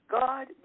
God